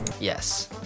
Yes